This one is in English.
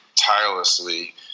tirelessly